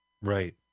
right